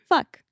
Fuck